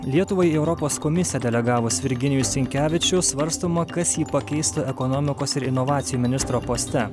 lietuvai į europos komisija delegavus virginijų sinkevičių svarstoma kas jį pakeistų ekonomikos ir inovacijų ministro poste